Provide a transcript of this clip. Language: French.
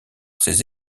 ses